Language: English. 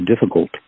difficult